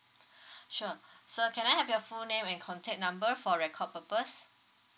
sure sir can I have your full name and contact number for record purpose